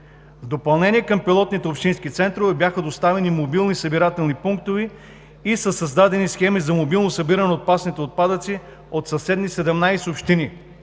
В допълнение към пилотните общински центрове бяха доставени мобилни събирателни пунктове и са създадени схеми за мобилно събиране на опасните отпадъци от 17 съседни общини.